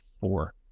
four